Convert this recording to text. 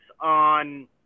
on